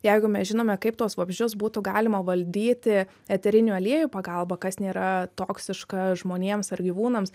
jeigu mes žinome kaip tuos vabzdžius būtų galima valdyti eterinių aliejų pagalba kas nėra toksiška žmonėms ar gyvūnams